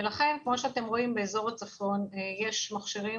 כמו שאתם רואים באזור הצפון יש מכשירים